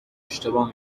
اشتباه